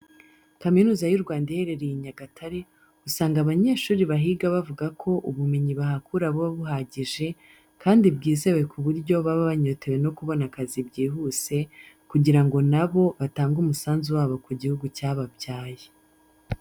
Kaminuza y'u Rwanda iherereye i Nyagatare, usanga abanyeshuri bahiga bavuga ko ubumenyi bahakura buba buhagije, kandi bwizewe ku buryo baba banyotewe no kubona akazi byihuse kugira ngo na bo batange umusanzu wabo ku gihugu cyababyaye.